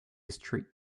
street